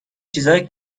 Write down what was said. چیزای